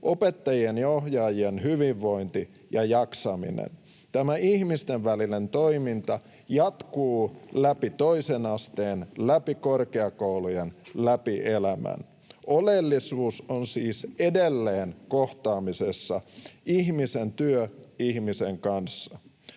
opettajien ja ohjaajien hyvinvointi ja jaksaminen. Tämä ihmisten välinen toiminta jatkuu läpi toisen asteen, läpi korkeakoulujen, läpi elämän. Oleellisuus on siis edelleen kohtaamisessa, ihmisen työssä ihmisen kanssa.